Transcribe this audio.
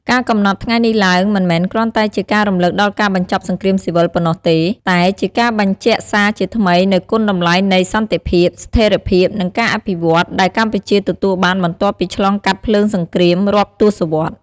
ការកំណត់ថ្ងៃនេះឡើង មិនមែនគ្រាន់តែជាការរំលឹកដល់ការបញ្ចប់សង្គ្រាមស៊ីវិលប៉ុណ្ណោះទេ តែជាការបញ្ជាក់សារជាថ្មីនូវគុណតម្លៃនៃ សន្តិភាព ស្ថេរភាព និងការអភិវឌ្ឍន៍ ដែលកម្ពុជាទទួលបានបន្ទាប់ពីឆ្លងកាត់ភ្លើងសង្គ្រាមរាប់ទសវត្សរ៍។